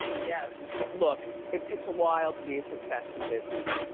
yes. look, it takes a while to be a success in business.